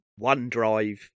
OneDrive